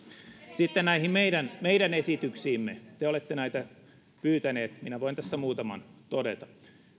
sitten näihin meidän meidän esityksiimme te olette näitä pyytäneet ja minä voin tässä muutaman todeta